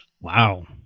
Wow